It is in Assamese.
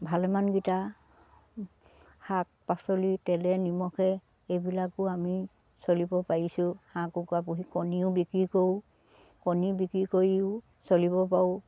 ভালেমানগিটা শাক পাচলি তেলে নিমখে এইবিলাকো আমি চলিব পাৰিছোঁ হাঁহ কুকৰা পুহি কণীও বিক্ৰী কৰোঁ কণী বিক্ৰী কৰিও চলিব পাৰো